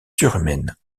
surhumaine